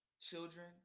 children